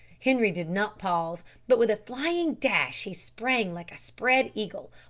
henri did not pause, but with a flying dash he sprang like a spread eagle,